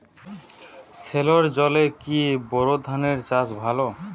সেলোর জলে কি বোর ধানের চাষ ভালো?